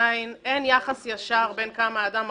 אין יחס ישר בין כמה האדם מכניס,